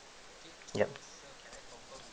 yup